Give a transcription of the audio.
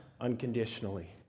unconditionally